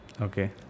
okay